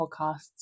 podcasts